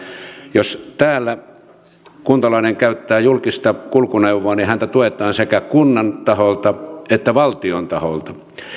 jos täällä kuntalainen käyttää julkista kulkuneuvoa niin häntä tuetaan sekä kunnan taholta että valtion taholta